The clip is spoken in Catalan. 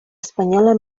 espanyola